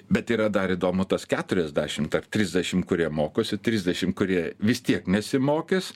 bet yra dar įdomu tas keturiasdešim ar trisdešim kurie mokosi trisdešim kurie vis tiek nesimokys